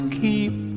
keep